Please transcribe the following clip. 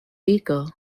rico